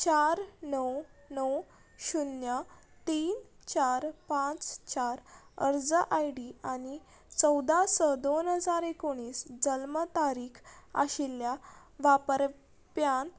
चार णव णव शुन्य तीन चार पांच चार अर्ज आय डी आनी चवदा स दोन हजार एकुणीस जल्म तारीख आशिल्ल्या वापरप्यांत